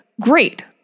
great